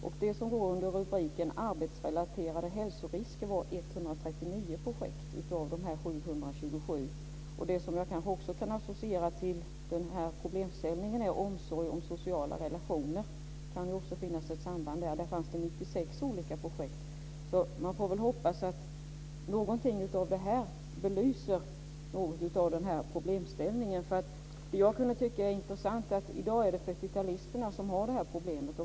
Av de 727 projekten löd 139 projekt under rubriken Arbetsrelaterade hälsorisker. Det som jag också kan associera till den här problemställningen är omsorg om sociala relationer - det kan finnas ett samband där - som det fanns det 96 olika projekt om. Man får väl hoppas att någonting av detta belyser något av den här problemställningen. Det är intressant att det i dag är 40-talisterna som har det här problemet.